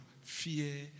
fear